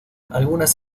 algunas